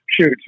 shoot